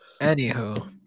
Anywho